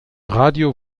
radio